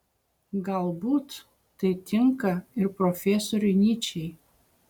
galbūt tai tinka ir profesoriui nyčei